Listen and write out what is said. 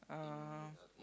uh